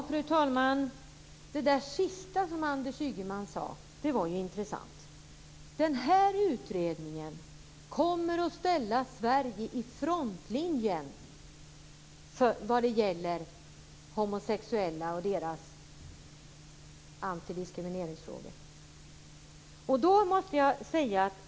Fru talman! Det sista som Anders Ygeman sade var ju intressant: Den här utredningen kommer att ställa Sverige i frontlinjen när det gäller homosexuella och deras antidiskrimineringsfrågor.